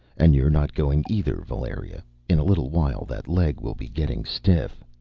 and you're not going either, valeria. in a little while that leg will be getting stiff.